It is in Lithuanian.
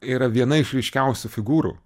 yra viena iš ryškiausių figūrų